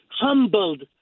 humbled